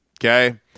Okay